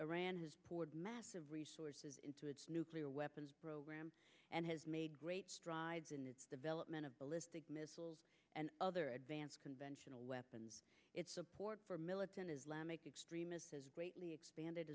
iran has poured massive resources into its nuclear weapons program and has made great strides in its development of ballistic missiles and other advanced conventional weapons its support for militant islamic extremists greatly expanded